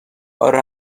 اره